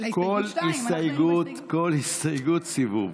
כל הסתייגות, סיבוב.